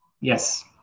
Yes